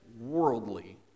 worldly